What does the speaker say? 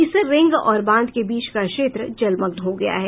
इससे रिंग और बांध के बीच का क्षेत्र जलमग्न हो गया है